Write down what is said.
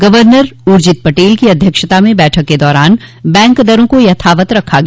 governor Urjit Patel की अध्यक्षता में बैठक के दौरान बैंक दरों को यथावत रखा गया